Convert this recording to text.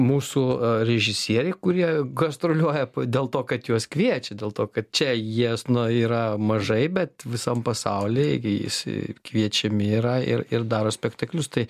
mūsų režisieriai kurie gastroliuoja dėl to kad juos kviečia dėl to kad čia jies nu yra mažai bet visam pasauliui jis ir kviečiami yra ir ir daro spektaklius tai